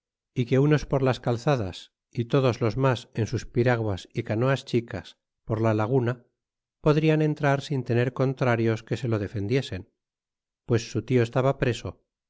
y que unos por las calzadas y todos los mas en sus piraguas y canoas chicas por la laguna podrian entrar sin tener contrarios que se lo defendiesen pues su tio estaba preso y